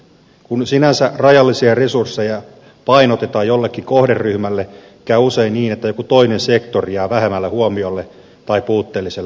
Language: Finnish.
kun sinänsä rajallisia resursseja painotetaan jollekin kohderyhmälle käy usein niin että joku toinen sektori jää vähemmälle huomiolle tai puutteelliselle panostamiselle